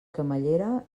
camallera